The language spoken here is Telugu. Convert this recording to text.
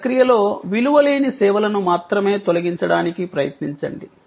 ఈ ప్రక్రియలో విలువలు లేని సేవలను మాత్రమే తొలగించడానికి ప్రయత్నించండి